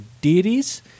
deities